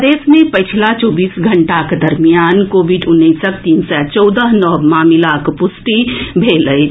प्रदेश मे पछिला चौबीस घंटाक दरमियान कोविड उन्नैसक तीन सय चौदह नव मामिलाक पुष्टि भेल अछि